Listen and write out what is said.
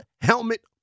helmet